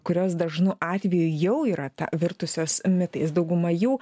kurios dažnu atveju jau yra virtusios mitais dauguma jų